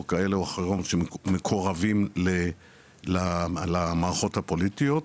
כאלה או אחרות שמקורבים למערכות הפוליטיות.